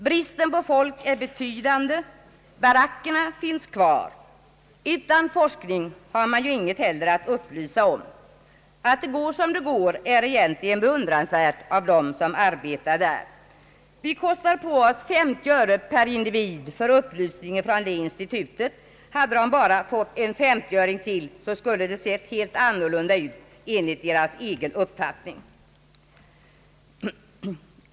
Bristen på folk är betydande. Barackerna finns kvar. Utan forskning har man heller ingenting att upplysa om. Att det går så pass bra som det går är egentligen beundransvärt av dem som arbetar på institutet. Vi kostar på oss femtio öre per individ för upplysning från detta institut. Hade det bara fått en femtioöring till, skulle det ha sett helt annorlunda ut, enligt personalens egen uppfattning.